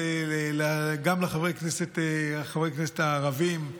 גם לחברי הכנסת הערבים.